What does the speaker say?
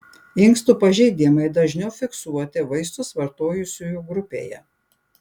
inkstų pažeidimai dažniau fiksuoti vaistus vartojusiųjų grupėje